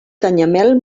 canyamel